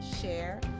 share